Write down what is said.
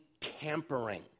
tampering